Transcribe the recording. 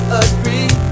agree